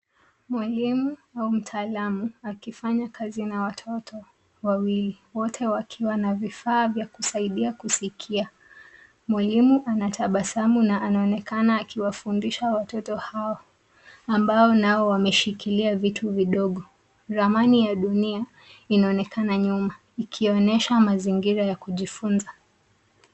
Mwalimu au mtaalamu akifanya kazi na watato wawili, wote wakiwa na vifaa vya kusaidia kusikia. Mwalimu anatabasamu na anaonekana akiwafundisha watoto hao, ambao nao wameshikila vitu vidogo. Ramani ya dunia inaonekana nyuma, ikionesha mazingira ya kujifunza.